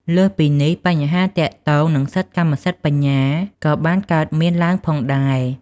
លើសពីនេះ បញ្ហាទាក់ទងនឹងសិទ្ធិកម្មសិទ្ធិបញ្ញា ក៏បានកើតមានឡើងផងដែរ។